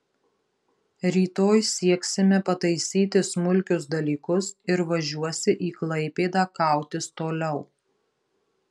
rytoj sieksime pataisyti smulkius dalykus ir važiuosi į klaipėdą kautis toliau